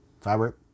fabric